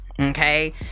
okay